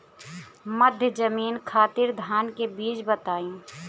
मध्य जमीन खातिर धान के बीज बताई?